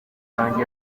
yanjye